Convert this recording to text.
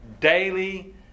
daily